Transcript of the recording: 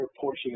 portion